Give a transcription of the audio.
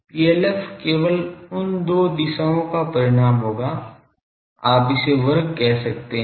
PLF केवल इन 2 दिशाओं का परिमाण होगा आप इसे वर्ग कह सकते हैं